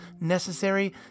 necessary